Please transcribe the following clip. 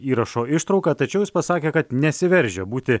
įrašo ištrauką tačiau jis pasakė kad nesiveržia būti